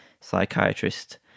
psychiatrist